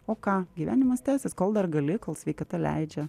o ką gyvenimas tęsias kol dar gali kol sveikata leidžia